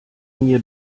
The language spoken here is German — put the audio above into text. mir